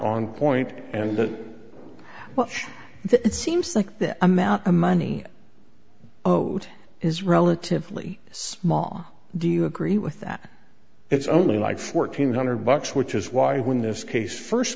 on point and that it seems like this amount of money oh is relatively small do you agree with that it's only like fourteen hundred bucks which is why when this case first